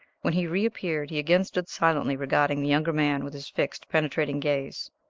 when he reappeared he again stood silently regarding the younger man with his fixed, penetrating gaze.